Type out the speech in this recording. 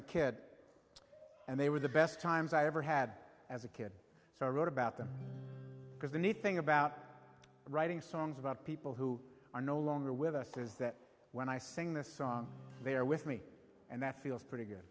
a kid and they were the best times i ever had as a kid so i wrote about them because the neat thing about writing songs about people who are no longer with us is that when i sing the song they are with me and that feels pretty good